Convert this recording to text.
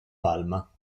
palma